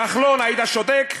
כחלון, היית שותק?